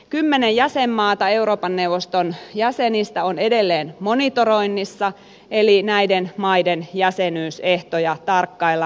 kymmenen jäsenmaata euroopan neuvoston jäsenistä on edelleen monitoroinnissa eli näiden maiden jäsenyysehtoja tarkkaillaan